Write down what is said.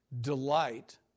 Delight